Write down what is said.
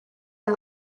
are